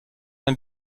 ein